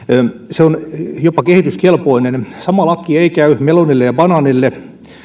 se on jopa kehityskelpoinen sama lakki ei käy melonille ja banaanille